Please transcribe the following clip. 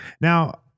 Now